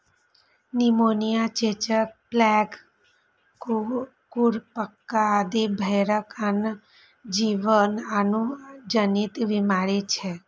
pneumonia, चेचक, plague, खुरपका आदि भेड़क आन जीवाणु जनित बीमारी छियै